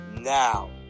now